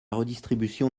redistribution